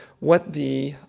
what the